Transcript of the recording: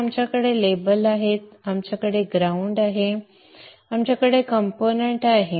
तर आपल्याकडे लेबल आहेत आपल्याकडे ग्राउंड आहे आपल्याकडे कंपोनेंट्स आहेत